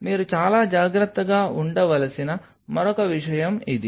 మీరు చాలా జాగ్రత్తగా ఉండవలసిన మరొక విషయం ఇది